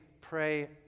pray